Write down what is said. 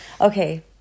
Okay